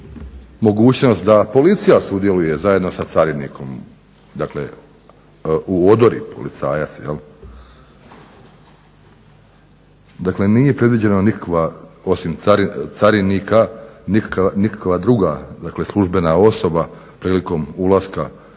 mogućnost da policija sudjeluje zajedno sa carinikom, dakle u odori policajac. Dakle, nije predviđena nikakva osim carinika nikakva druga, dakle službena osoba prilikom ulaska